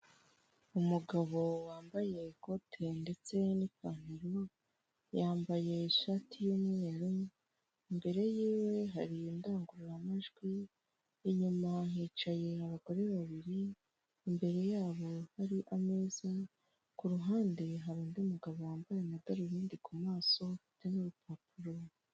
Umugabo wambaye ikote ndetse n'ipantaro, yambaye ishati y'umweru, imbere yiwe hari indangururamajwi inyuma nkicaye abagore babiri imbere yabo hari ameza ku ruhande hari undi mugabo wambaye amadarubindi ku maso afite n'urupapuro.